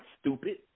stupid